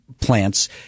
plants